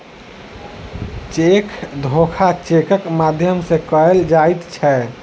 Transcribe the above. cheque धोखा चेकक माध्यम सॅ कयल जाइत छै